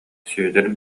сүөдэр